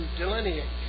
delineate